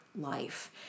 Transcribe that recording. life